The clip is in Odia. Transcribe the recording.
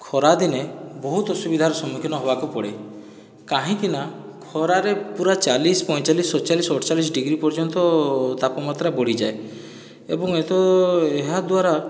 ଖରାଦିନେ ବହୁତ ଅସୁବିଧାର ସମ୍ମୁଖୀନ ହେବାକୁ ପଡ଼େ କାହିଁକିନା ଖରାରେ ପୁରା ଚାଲିଶ ପଇଁଚାଲିଶ ସତଚାଲିଶ ଅଠଚାଲିଶ ଡିଗ୍ରୀ ପର୍ଯ୍ୟନ୍ତ ତାପମାତ୍ରା ବଢ଼ିଯାଏ ଏବଂ ଏତ ଏହା ଦ୍ୱାରା